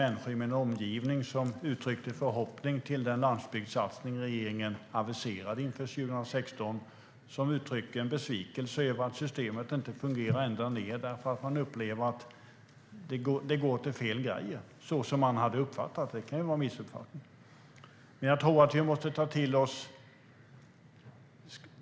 Människor i min omgivning har uttryckt en förhoppning till den landsbygdssatsning som regeringen aviserade till 2016. Nu uttrycker de en besvikelse över att systemet inte fungerar därför att man upplever det som att pengarna går till fel saker. Så hade man i alla fall uppfattat det, men det kan vara en missuppfattning.